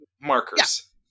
markers